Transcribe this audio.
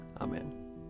Amen